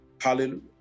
Hallelujah